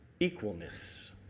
equalness